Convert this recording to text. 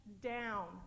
down